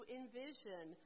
envision